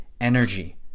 energy